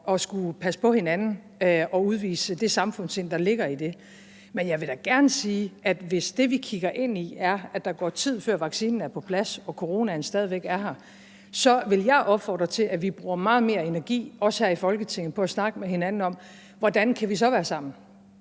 at skulle passe på hinanden og udvise det samfundssind, der ligger i det. Men jeg vil da gerne sige, at hvis det, vi kigger ind i, er, at der går tid, før vaccinen er på plads, og coronaen stadig væk er her, så vil jeg opfordre til, at vi også her i Folketinget bruger meget mere energi på at snakke med hinanden om, hvordan vi så kan være sammen,